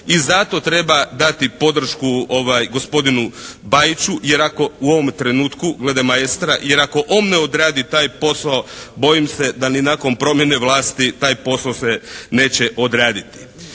I zato treba dati podršku gospodinu Bajiću jer ako u ovom trenutku glede "maestra", jer ako on ne odradi taj posao bojim se da ni nakon promjene vlasti taj posao se neće odraditi.